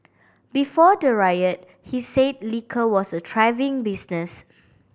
before the riot he said liquor was a thriving business